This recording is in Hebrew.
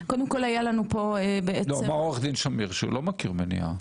קודם כל היה לנו פה בעצם --- אמר עורך דין שמיר שהוא לא מכיר מניעה,